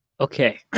Okay